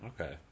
Okay